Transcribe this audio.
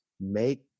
make